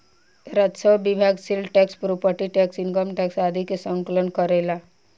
राजस्व विभाग sale tax property tax income tax आदि के संकलन करेला